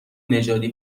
نژادی